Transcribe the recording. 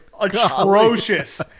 atrocious